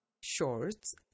shorts